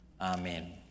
Amen